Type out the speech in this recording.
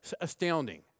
astounding